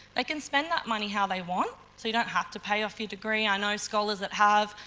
ah can spend that money how they want so you don't have to pay off your degree. i know scholars that have,